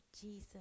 Jesus